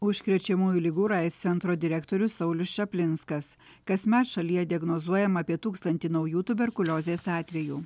užkrečiamųjų ligų ir aids centro direktorius saulius čaplinskas kasmet šalyje diagnozuojama apie tūkstantį naujų tuberkuliozės atvejų